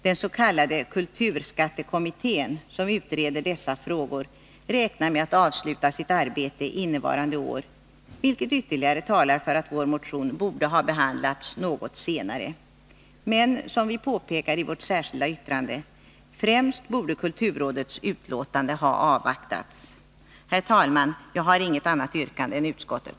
Den s.k. kulturskattekommittén, som utreder dessa frågor, räknar med att avsluta sitt arbete innevarande år, vilket ytterligare talar för att vår motion borde ha behandlats något senare. Men, som vi påpekar i vårt särskilda yttrande, främst borde kulturrådets utlåtande ha avvaktats. Herr talman! Jag har inget annat yrkande än utskottet.